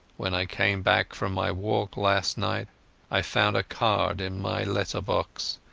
when i came back from my walk last night i found a card in my letter-box.